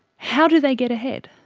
how do they get ahead?